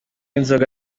inzoga